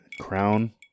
Crown